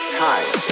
time